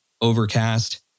Overcast